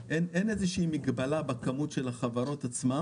אין מגבלה במספר החברות עצמן.